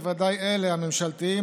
בוודאי אלה הממשלתיים,